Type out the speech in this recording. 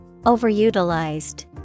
Overutilized